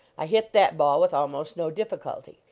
i hit that ball with almost no difficulty.